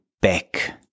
back